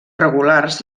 regulars